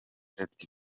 ati